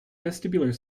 vestibular